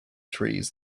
trees